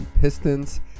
Pistons